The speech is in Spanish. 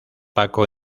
paco